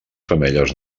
femelles